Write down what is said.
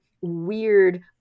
weird